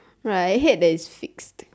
right I hate that it's fixed